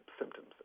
symptoms